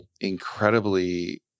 incredibly